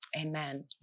Amen